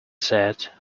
said